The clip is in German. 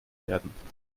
werden